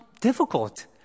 difficult